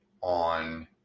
on